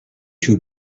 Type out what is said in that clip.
too